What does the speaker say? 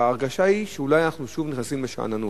וההרגשה היא שאולי אנחנו שוב נכנסים לשאננות,